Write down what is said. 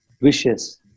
wishes